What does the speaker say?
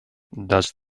does